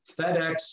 FedEx